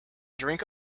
drink